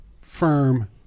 firm